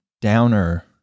downer